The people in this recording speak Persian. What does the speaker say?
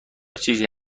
چیزی